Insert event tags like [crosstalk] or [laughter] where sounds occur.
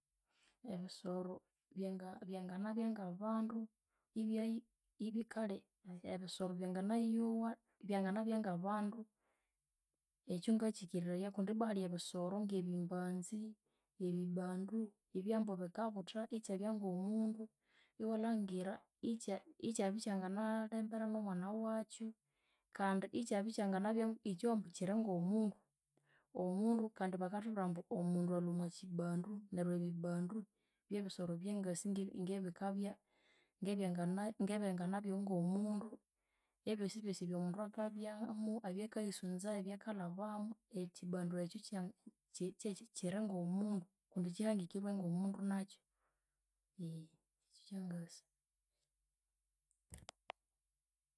Ebisoro byanga byanganabya ng'abandu ibyayi ibyi kale ebisoro byanganayowa byanganabya ng'abandu ekyo ngakikiriraya kundi ibbwa hali ebisoro ng'ebimbanzi, ebibbandu ibyo ambu bikabutha ikyabya ng'omundu iwalhangira ikya ikyabya ikyanganalhembera n'omwana wakyo kandi ikyabya ikyanganabya ikyo ambu kiri ng'omundu omundu kandi bakathubwira bathi omundu alhwa omo kibbandu neryo ebibbandu by'ebisoro ebyangasi ng'ebikabya, ng'ebyangaa ng'ebyanganabya ng'omundu ebyosi byosi eby'omundu akabyamo ebyakayisunza ebyakalhabamo ekibbandu akyo kya ky'eky'e kiri ng'omundu kundu kihangikirwe ng'omundu nakyo [hesitation] ekyo kyangasi.